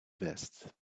vest